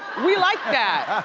we like that.